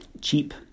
cheap